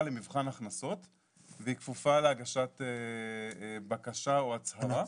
למבחן הכנסות והיא כפופה להגשת בקשה או הצהרה